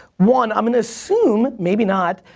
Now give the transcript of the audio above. one, i'm gonna assume, maybe not,